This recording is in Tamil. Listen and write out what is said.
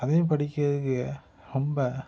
அதையும் படிக்கிறதுக்கு ரொம்ப